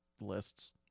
lists